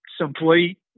simply